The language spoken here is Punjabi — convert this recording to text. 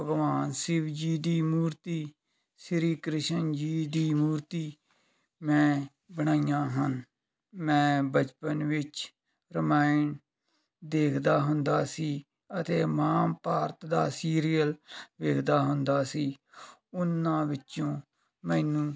ਭਗਵਾਨ ਸ਼ਿਵਜੀ ਦੀ ਮੂਰਤੀ ਸ੍ਰੀ ਕ੍ਰਿਸ਼ਨ ਜੀ ਦੀ ਮੂਰਤੀ ਮੈਂ ਬਣਾਈਆਂ ਹਨ ਮੈਂ ਬਚਪਨ ਵਿੱਚ ਰਾਮਾਇਣ ਦੇਖਦਾ ਹੁੰਦਾ ਸੀ ਅਤੇ ਮਹਾਂਭਾਰਤ ਦਾ ਸੀਰੀਅਲ ਵੇਖਦਾ ਹੁੰਦਾ ਸੀ ਉਹਨਾਂ ਵਿੱਚੋਂ ਮੈਨੂੰ